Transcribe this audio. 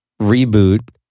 Reboot